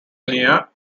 near